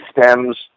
stems